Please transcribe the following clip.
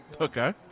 Okay